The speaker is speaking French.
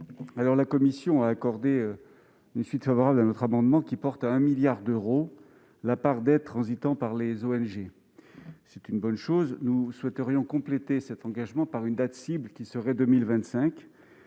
sujet. La commission a accordé une suite favorable à notre amendement qui porte à 1 milliard d'euros la part d'aide transitant par les ONG. C'est une bonne chose, mais nous souhaitons compléter cet engagement par une date cible qui serait 2025.